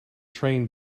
train